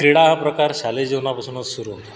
क्रीडा हा प्रकार शालेय जीवनापासूनच सुरू होतो